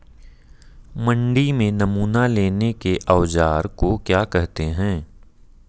मंडी में नमूना लेने के औज़ार को क्या कहते हैं?